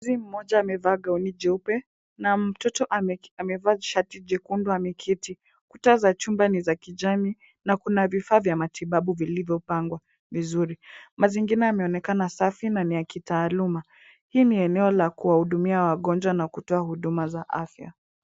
Mzee mmoja amevaa gauni jeupe na matoto amevaa shati jekundu na ameketi. Kuta za chumba ni za kijani na kuna vifaa vya matibabu vilivyopangwa vizuri. Mazingira yanaonekana safi na ni ya kitaaluma. Hii ni eneo la kuwahudumia wagonjwa na kutoa huduma za afya.